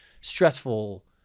stressful